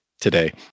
today